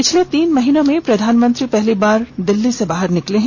पिछले तीन महीनों में प्रधानमंत्री पहली बार दिल्ली से बाहर निकले हैं